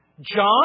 John